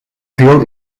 veel